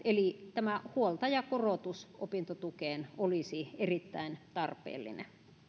eli huoltajakorotus opintotukeen olisi erittäin tarpeellinen